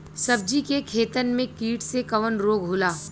सब्जी के खेतन में कीट से कवन रोग होला?